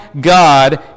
God